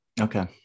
Okay